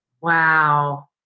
Wow